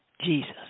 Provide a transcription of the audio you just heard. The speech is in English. Jesus